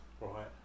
right